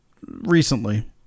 recently